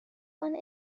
one